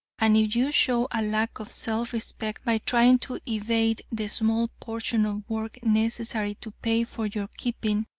and if you show a lack of self-respect by trying to evade the small portion of work necessary to pay for your keeping,